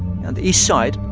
and the east side,